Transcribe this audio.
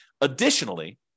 Additionally